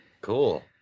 Cool